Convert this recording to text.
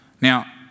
Now